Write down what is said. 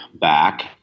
back